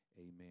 Amen